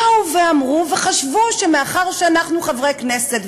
באו ואמרו וחשבו שמאחר שאנחנו חברי כנסת,